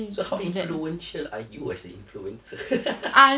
so how influential are you as an influencer